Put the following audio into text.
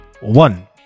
one